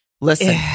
Listen